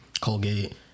Colgate